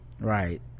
Right